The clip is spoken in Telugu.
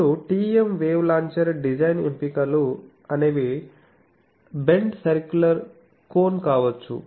ఇప్పుడు TEM వేవ్ లాంచర్ డిజైన్ ఎంపికలు అనేవి బెంట్ సర్కులర్ కోన్ కావచ్చు